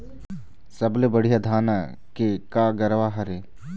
सबले बढ़िया धाना के का गरवा हर ये?